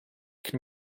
can